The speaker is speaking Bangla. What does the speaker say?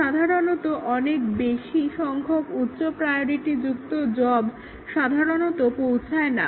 সাধারণত অনেক বেশি সংখ্যক উচ্চ প্রায়োরিটিযুক্ত জব সাধারণত পৌঁছায় না